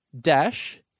Dash